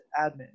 admin